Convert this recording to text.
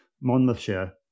Monmouthshire